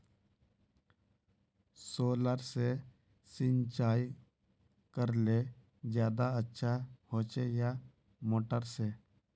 Solar से सिंचाई करले ज्यादा अच्छा होचे या मोटर से?